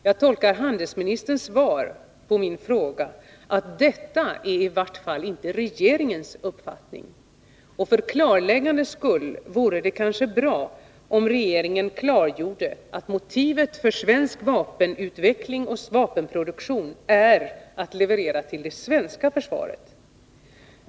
Jag tolkar handelsministerns svar på min fråga så, att detta i vilket fall som helst inte är regeringens uppfattning, men för säkerhets skull vore det bra om regeringen klargjorde att motivet för svensk vapenutveckling och svensk vapenproduktion är att leverera materiel till det svenska försvaret.